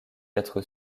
d’être